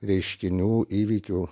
reiškinių įvykių